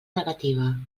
negativa